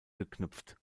geknüpft